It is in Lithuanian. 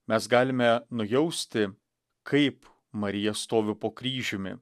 mes galime nujausti kaip marija stovi po kryžiumi